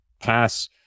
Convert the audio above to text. pass